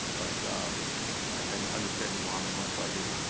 but i understand you wanted one so i did one.